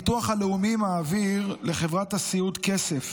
הביטוח הלאומי מעביר לחברת הסיעוד כסף